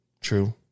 True